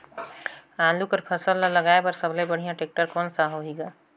आलू कर फसल ल लगाय बर सबले बढ़िया टेक्टर कोन सा होही ग?